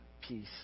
peace